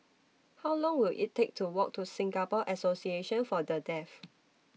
How Long Will IT Take to Walk to Singapore Association For The Deaf